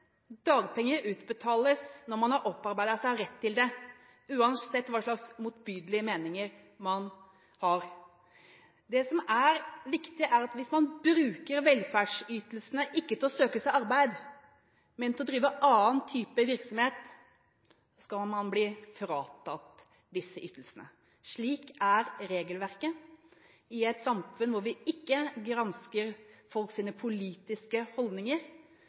Dagpenger utbetales når man har opparbeidet seg rett til det, uansett hva slags motbydelige meninger man har. Det som er viktig, er at hvis man bruker velferdsytelsene til ikke å søke seg arbeid, men til å drive annen type virksomhet, skal man bli fratatt disse ytelsene. Slik er regelverket i et samfunn hvor vi ikke gransker folks politiske holdninger